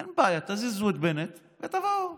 אין בעיה, תזיזו את בנט ותבואו,